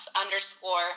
underscore